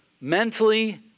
mentally